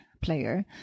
player